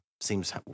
seems